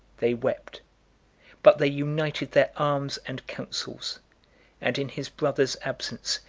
they wept but they united their arms and counsels and in his brother's absence,